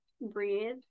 breathe